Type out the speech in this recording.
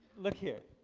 look here.